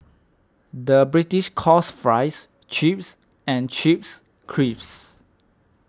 the British calls Fries Chips and Chips Crisps